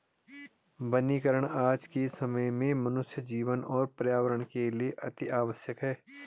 वनीकरण आज के समय में मनुष्य जीवन और पर्यावरण के लिए अतिआवश्यक है